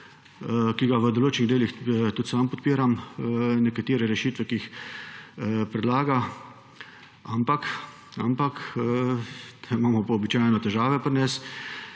ki ga v določenih delih tudi sam podpiram, nekatere rešitve, ki jih predlaga. Ampak – tu imamo pa običajno težave pri nas